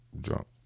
drunk